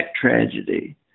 tragedy